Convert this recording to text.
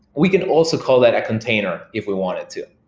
we can also call that a container if we wanted to.